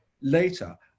later